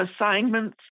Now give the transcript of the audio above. assignments